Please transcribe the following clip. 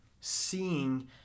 seeing